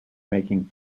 making